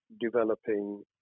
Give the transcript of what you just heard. developing